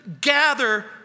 gather